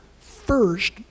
first